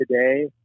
today